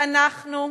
אנחנו,